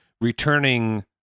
returning